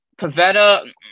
Pavetta